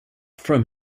from